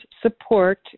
support